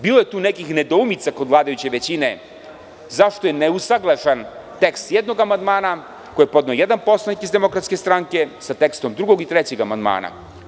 Bilo je tu nekih nedoumica kod vladajuće većine zašto je neusaglašen tekst jednog amandmana koji je podneo jedan poslanik DS, sa tekstom drugog i trećeg amandmana.